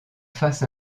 face